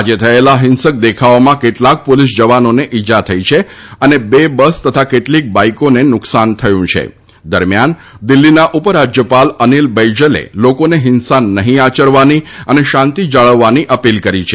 આજે થયેલા હિંસક દેખાવોમાં કેટલાક પોલીસ જવાનોને ઇજા થઇ છે અને બે બસ અને કેટલીક બાઇકોને નુકશાન થયું છે દરમિયાન દિલ્ઠીના ઉપરાજયપાલ અનિલ બૈજલે લોકોને હિંસા નઠીં આયરવાની અને શાંતિ જાળવવાની અપીલ કરી છે